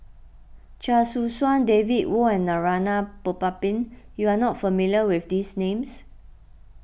Chia Choo Suan David Kwo and Narana Putumaippittan you are not familiar with these names